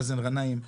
מאזן גנאים,